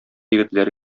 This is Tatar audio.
егетләре